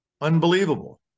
unbelievable